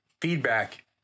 feedback